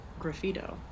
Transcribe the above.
Graffito